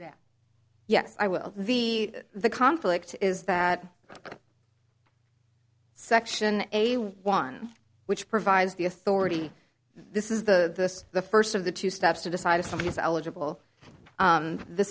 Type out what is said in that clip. that yes i will be the conflict is that section eighty one which provides the authority this is the the first of the two steps to decide is some of this eligible